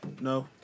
No